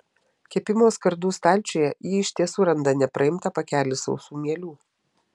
kepimo skardų stalčiuje ji iš tiesų randa nepraimtą pakelį sausų mielių